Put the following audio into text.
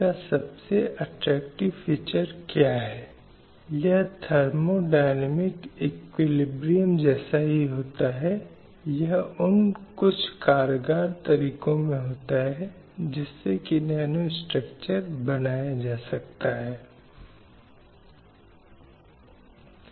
और तीसरा व्यक्तियों संगठनों या उद्यमों द्वारा महिलाओं के खिलाफ भेदभाव के सभी कृत्यों के उन्मूलन को सुनिश्चित करने के लिए